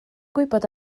gwybod